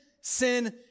sin